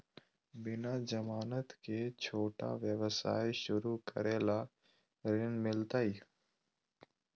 बिना जमानत के, छोटा व्यवसाय शुरू करे ला ऋण मिलतई?